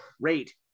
rate